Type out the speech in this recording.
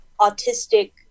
autistic